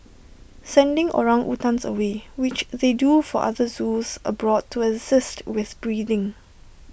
sending orangutans away which they do for other zoos abroad to assist with breeding